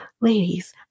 ladies